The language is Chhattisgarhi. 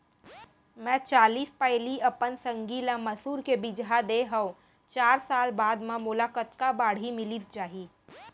मैं चालीस पैली अपन संगी ल मसूर के बीजहा दे हव चार साल म मोला कतका बाड़ही मिलिस जाही?